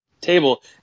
table